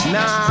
Nah